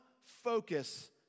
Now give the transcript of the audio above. focus